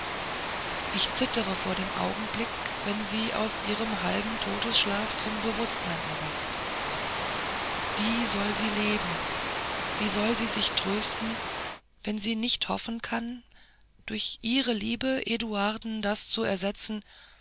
ich zittere vor dem augenblicke wenn sie aus ihrem halben totenschlafe zum bewußtsein erwacht wie soll sie leben wie soll sie sich trösten wenn sie nicht hoffen kann durch ihre liebe eduarden das zu ersetzen